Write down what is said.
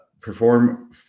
perform